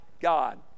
God